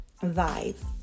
vibe